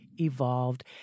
evolved